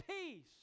peace